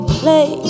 play